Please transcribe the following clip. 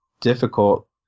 difficult